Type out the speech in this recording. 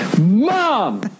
mom